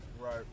right